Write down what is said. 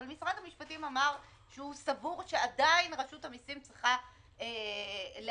אבל משרד המשפטים אמר שהוא סבור שעדיין רשות המיסים צריכה לאשר?